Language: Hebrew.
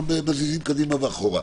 מזיזים קדימה ואחורה.